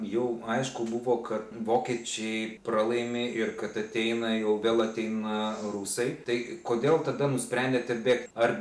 jau aišku buvo kad vokiečiai pralaimi ir kad ateina jau vėl ateina rusai tai kodėl tada nusprendėte bėgt ar